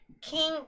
king